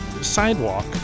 sidewalk